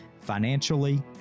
financially